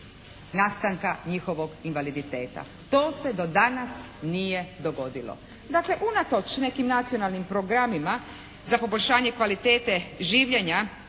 nastanka njihovog invaliditeta. To se do danas nije dogodilo. Dakle, unatoč nekim nacionalnim programima za poboljšanje kvalitete življenja